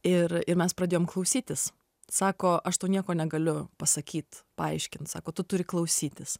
ir ir mes pradėjom klausytis sako aš tau nieko negaliu pasakyti paaiškint sako tu turi klausytis